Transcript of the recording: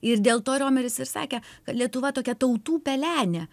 ir dėl to riomeris ir sakė kad lietuva tokia tautų pelenė